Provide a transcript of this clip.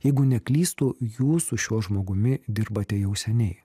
jeigu neklystu jūs su šiuo žmogumi dirbate jau seniai